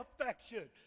affection